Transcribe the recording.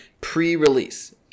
pre-release